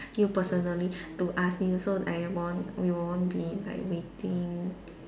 you personally to ask you so I won't we won't be like waiting